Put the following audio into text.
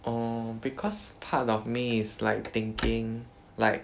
oh because part of me is like thinking like